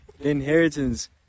inheritance